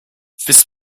this